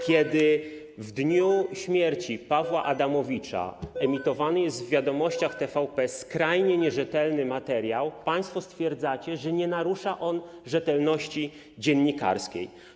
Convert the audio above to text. Kiedy w dniu śmierci Pawła Adamowicza emitowany jest w „Wiadomościach” TVP skrajnie nierzetelny materiał, państwo stwierdzacie, że nie narusza on rzetelności dziennikarskiej.